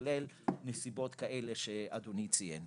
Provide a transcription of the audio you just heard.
כולל נסיבות כאלה שאדוני ציין.